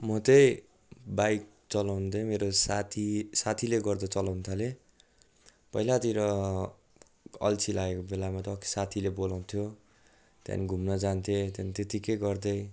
म चाहिँ बाइक चलाउनु चैँ मेरो साथी साथीले गर्दा चलाउन थालेँ पहिलातिर अल्छी लागेको बेलामा त साथीले बोलाउँथ्यो त्यहाँदेखि घुम्न जान्थेँ त्यहाँदेखि त्यतिकै गर्दै